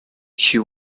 she